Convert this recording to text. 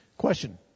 Question